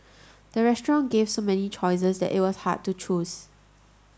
the restaurant gave so many choices that it was hard to choose